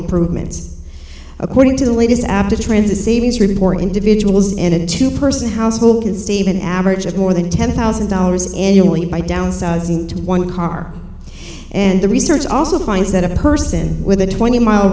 improvements according to the latest abt a transit savings report individuals in a two person household can save an average of more than ten thousand dollars annually by downsizing to one car and the research also finds that a person with a twenty mile